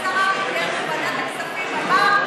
בוועדת הכספים אמר,